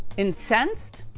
incensed,